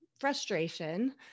frustration